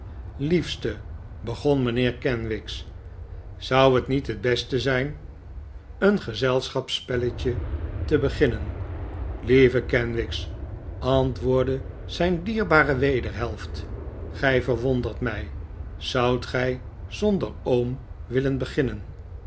liefste begon mijnheer kenwigs zou het niet t beste zijn een gezelschapsspelletje te beginnen lieve kenwigs antwoordde zijn dierbare wederhelft gij verwondert mij zoudt gij zonder oom willen beginnen